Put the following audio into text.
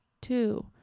two